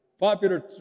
Popular